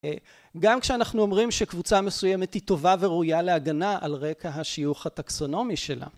גם כשאנחנו אומרים שקבוצה מסוימת היא טובה וראויה להגנה על רקע השיוך הטקסונומי שלה